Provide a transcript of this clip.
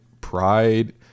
pride